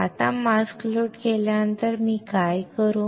आता mask load केल्यानंतर मी काय करू